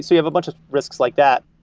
you have a bunch of risks like that.